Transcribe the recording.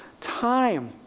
time